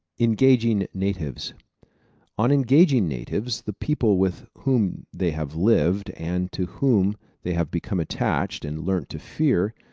engaging natives on engaging natives, the people with whom they have lived, and to whom they have become attached and learnt to fear,